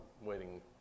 waiting